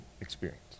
experience